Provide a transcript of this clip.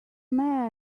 mayor